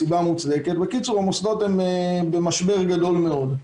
בקיצור, המוסדות נמצאים במשבר גדול מאוד.